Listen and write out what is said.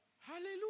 Hallelujah